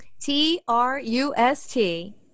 T-R-U-S-T